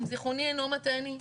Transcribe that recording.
אם זיכרוני אינו מטעני.